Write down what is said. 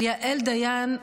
אבל יעל דיין,